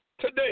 today